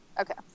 Okay